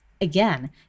Again